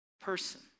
person